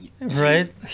right